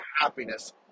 happiness